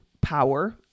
power